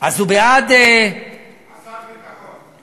אז הוא בעד, שר הביטחון.